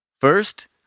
First